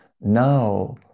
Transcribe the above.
now